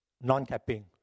non-capping